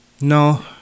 No